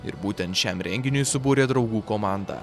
ir būtent šiam renginiui subūrė draugų komandą